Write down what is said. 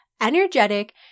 energetic